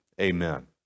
Amen